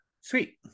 Sweet